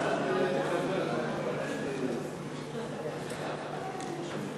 הדובר הבא, חבר הכנסת באסל גטאס, בבקשה.